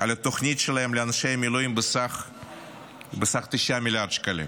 על התוכנית שלהם לאנשי מילואים בסך 9 מיליארד שקלים.